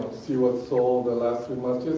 see what's sold the last